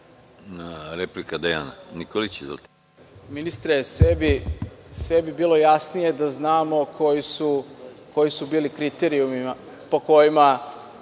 replika. **Dejan Nikolić** Ministre, sve bi bilo jasnije da znamo koji su bili kriterijumi po kojima